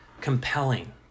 compelling